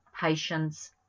patience